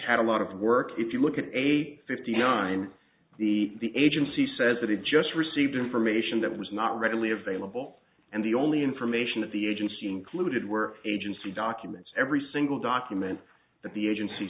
had a lot of work if you look at eight fifty nine the agency says it had just received information that was not readily available and the only information of the agency included were agency documents every single document that the agency